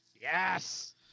Yes